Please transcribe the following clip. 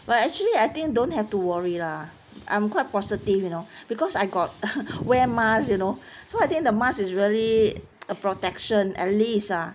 but actually I think don't have to worry lah I'm quite positive you know because I got wear masks you know so I think the mask is really a protection at least ah